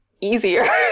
easier